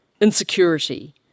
insecurity